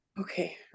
Okay